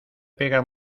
pega